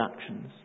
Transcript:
actions